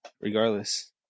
regardless